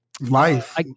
Life